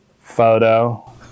photo